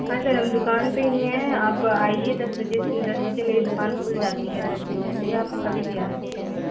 हाँ सर हम दुकान पर ही हैं आप तो आइए दस बजे दस बजे मेरी दुकान खुल जाती है दस बजे से आप कभी भी आ सकते हैं